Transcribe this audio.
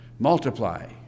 Multiply